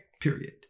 period